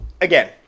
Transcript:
again